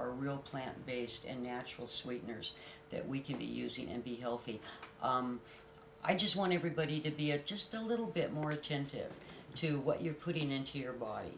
are real plant based and natural sweeteners that we can be using and be healthy i just want everybody to be a just a little bit more attentive to what you're putting into your body